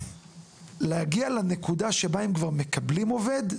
להגיע לנקודה שהם כבר מקבלים עובד,